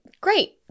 great